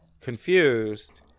Confused